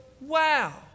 wow